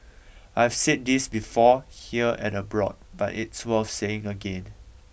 I have said this before here and abroad but it's worth saying again